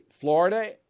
Florida